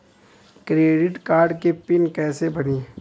Credit card के PIN कैसे बनी?